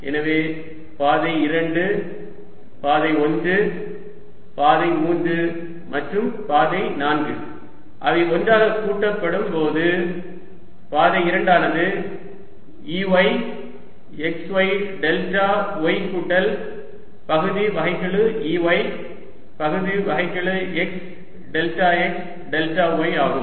எனவே பாதை 2 பாதை 1 பாதை 3 மற்றும் பாதை 4 அவை ஒன்றாக கூட்டப்படும் போது பாதை 2 ஆனது Ey x y delta y கூட்டல் பகுதி வகைக்கெழு Ey பகுதி வகைக்கெழு x delta x delta y ஆகும்